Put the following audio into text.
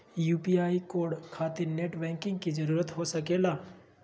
UPI code खातिर net banking की जरूरत हो सके ला?